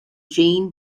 jane